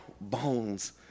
bones